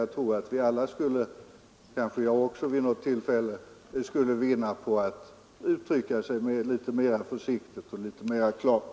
Jag tror att vi alla, kanske också jag vid något tillfälle, skulle vinna på att uttrycka oss litet mera försiktigt och klart.